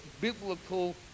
biblical